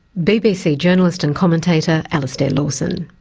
bbc journalist and commentator, alastair lawson.